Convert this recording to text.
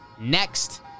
next